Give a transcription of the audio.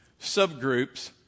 subgroups